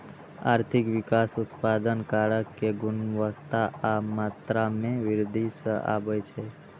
आर्थिक विकास उत्पादन कारक के गुणवत्ता आ मात्रा मे वृद्धि सं आबै छै